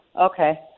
Okay